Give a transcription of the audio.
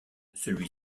celui